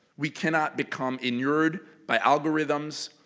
we cannot become inured by algorithms,